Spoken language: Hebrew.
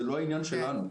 זה לא עניין שלנו,